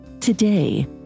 Today